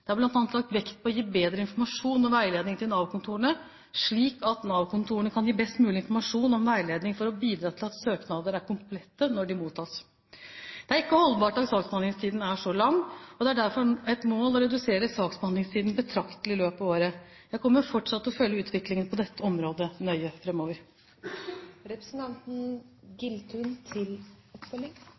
Det er bl.a. lagt vekt på å gi bedre informasjon og veiledning til Nav-kontorene, slik at Nav-kontorene kan gi best mulig informasjon og veiledning for å bidra til at søknader er komplette når de mottas. Det er ikke holdbart at saksbehandlingstiden er så lang, og det er derfor et mål å redusere saksbehandlingstiden betraktelig i løpet av året. Jeg kommer fortsatt til å følge utviklingen på dette området nøye fremover. Jeg synes statsråden har en veldig passiv tilnærming til